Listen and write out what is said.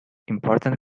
important